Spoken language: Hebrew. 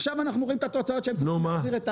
עכשיו אנחנו רואים את התוצאות שהם צריכים להחזיר את האשראי.